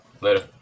later